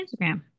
Instagram